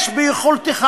יש ביכולתך